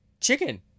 chicken